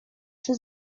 czy